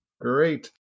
Great